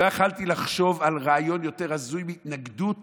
לא יכולתי לחשוב על רעיון יותר הזוי מהתנגדות